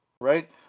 Right